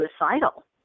suicidal